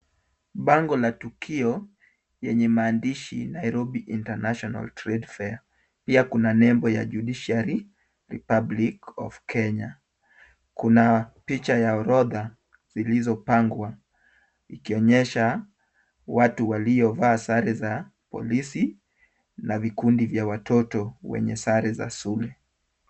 Bango la tukio yenye maandishi Nairobi International Trade Fair . Pia kuna nembo ya judiciary republic of Kenya, kuna picha ya orodha zilizopangwa ikionyesha watu waliovaa sare za polisi na vikundi vya watoto wenye sare za shule.